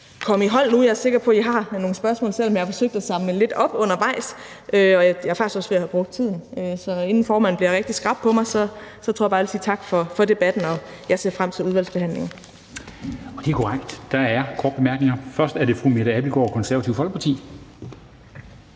at jeg vil holde nu. Jeg er sikker på, at I har nogle spørgsmål, selv om jeg har forsøgt at samle lidt op undervejs, og jeg er faktisk også ved at have brugt tiden. Så inden formanden bliver rigtig skrap mod mig, tror jeg bare, jeg vil sige tak for debatten, og at jeg ser frem til udvalgsbehandlingen. Kl. 12:06 Formanden (Henrik Dam Kristensen): Det er korrekt, at der er korte bemærkninger. Først er det fru Mette Abildgaard, Det Konservative Folkeparti.